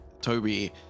toby